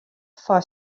foar